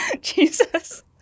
jesus